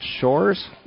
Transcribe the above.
Shores